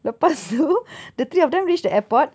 lepas tu the three of them reached the airport